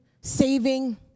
saving